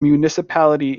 municipality